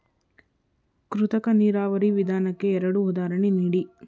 ಕೃತಕ ನೀರಾವರಿ ವಿಧಾನಕ್ಕೆ ಎರಡು ಉದಾಹರಣೆ ನೀಡಿ?